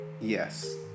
Yes